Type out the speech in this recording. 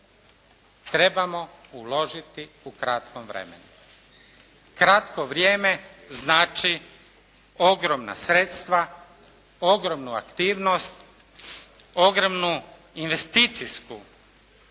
trebamo uložiti u kratkom vremenu. Kratko vrijeme znači ogromna sredstva, ogromnu aktivnost, ogromnu investicijsku